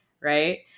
right